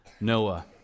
Noah